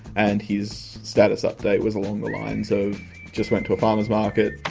and his status update was along the lines of just went to a farmers market,